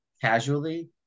casually